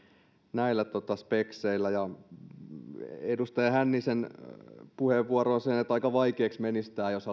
näillä spekseillä edustaja hännisen puheenvuoroon se että aika vaikeaksi menisi tämä jos